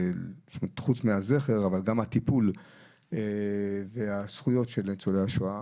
חוץ מהזכר יש גם את הטיפול והזכויות של ניצולי השואה.